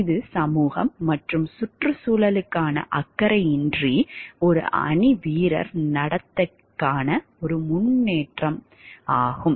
இது சமூகம் மற்றும் சுற்றுச்சூழலுக்கான அக்கறையின்றி ஒரு அணி வீரர் நடத்தைக்கான ஒரு முன்னேற்றம் ஆகும்